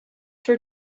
for